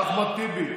אחמד טיבי.